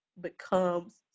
becomes